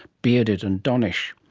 bearded and donnish.